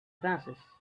glasses